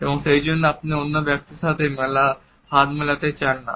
এবং সেইজন্য আপনি অন্য ব্যক্তির সাথে হাত মেলাতে চান না